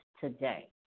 today